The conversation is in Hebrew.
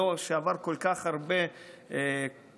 שעבר כל כך הרבה שרים.